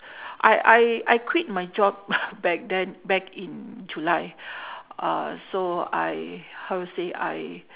I I I quit my job back then back in july uh so I how to say I